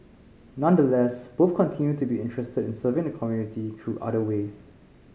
nonetheless both continue to be interested in serving the community through other ways